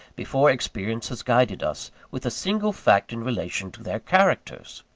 before experience has guided us with a single fact in relation to their characters!